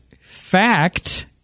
fact